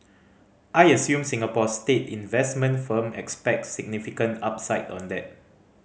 I assume Singapore's state investment firm expects significant upside on that